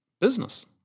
business